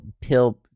pill